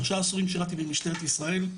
שלושה עשורים שירתי במשטרת ישראל.